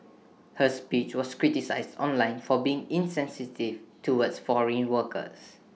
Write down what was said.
her speech was criticised online for being insensitive towards foreign workers